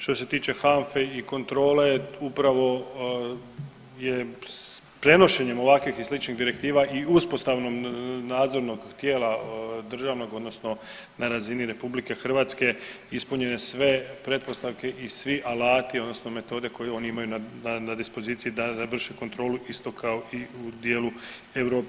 Što se tiče HANFA-e i kontrole upravo je prenošenjem ovakvih i sličnih direktiva i uspostavom nadzornog tijela državnog odnosno na razini RH ispunjene sve pretpostavke i svi alati odnosno metode koje oni imaju na, na dispoziciji da vrše kontrolu isto kao i u dijelu Europe.